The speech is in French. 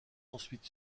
ensuite